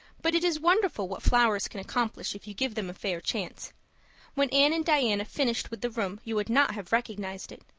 but it is wonderful what flowers can accomplish if you give them a fair chance when anne and diana finished with the room you would not have recognized it.